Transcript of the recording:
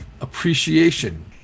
appreciation